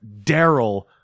Daryl